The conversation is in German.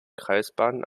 kreisbahnen